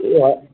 ए हो